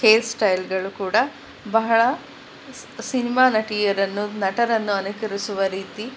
hair ಸ್ಟೈಲ್ಗಳು ಕೂಡ ಬಹಳ ಸಿನಿಮಾ ನಟಿಯರನ್ನು ನಟರನ್ನು ಅನುಕರಿಸುವ ರೀತಿ